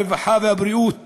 הרווחה והבריאות